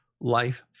life